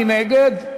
מי נגד?